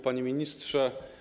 Panie Ministrze!